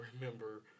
remember